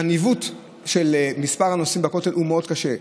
הניווט של מספר הנוסעים מהכותל הוא מאוד קשה,